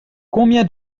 combien